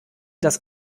dass